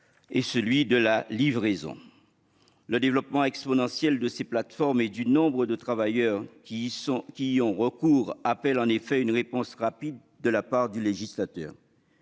et celui de la livraison. Le développement exponentiel de ces plateformes et du nombre de travailleurs qui y ont recours appelle en effet une réponse rapide de la part du législateur